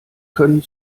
können